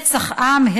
רצח עם,